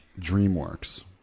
DreamWorks